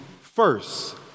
first